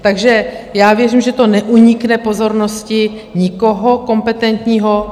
Takže já věřím, že to neunikne pozornosti nikoho kompetentního.